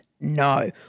No